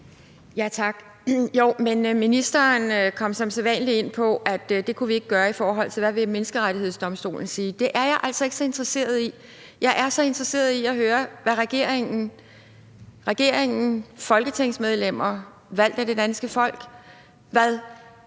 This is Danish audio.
(DF): Ministeren kom som sædvanlig ind på, at det kan vi ikke gøre, for hvad vil Menneskerettighedsdomstolen sige? Det er jeg altså ikke så interesseret i. Jeg er interesseret i at høre fra hjertet, hvad folketingsmedlemmer valgt af det danske folk, og hvad regeringen,